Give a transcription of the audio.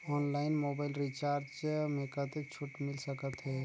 Online mobile recharge मे कतेक छूट मिल सकत हे?